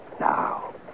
Now